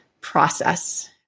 process